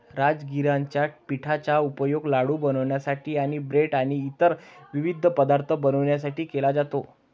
राजगिराच्या पिठाचा उपयोग लाडू बनवण्यासाठी आणि ब्रेड आणि इतर विविध पदार्थ बनवण्यासाठी केला जातो